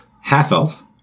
half-elf